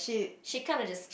she kind of just